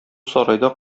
сарайда